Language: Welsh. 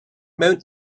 mewn